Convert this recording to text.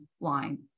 line